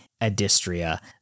adistria